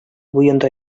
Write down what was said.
буенда